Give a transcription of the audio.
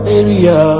area